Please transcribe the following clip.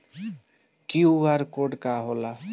QR code का होला?